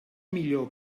millor